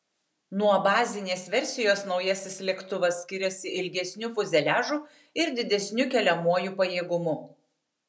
nuo bazinės versijos naujasis lėktuvas skiriasi ilgesniu fiuzeliažu ir didesniu keliamuoju pajėgumu